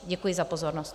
Děkuji za pozornost.